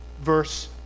Verse